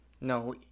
No